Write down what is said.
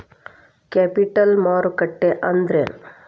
Capital ಮಾರುಕಟ್ಟಿ ಅಂದ್ರೇನ?